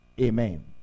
Amen